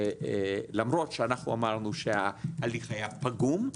למרות שאנחנו אמרנו שההליך היה פגום,